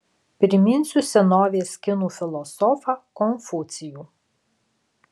priminsiu senovės kinų filosofą konfucijų